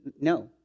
no